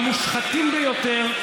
המושחתים ביותר,